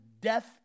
death